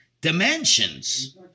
dimensions